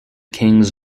kings